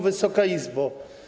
Wysoka Izbo!